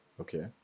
Okay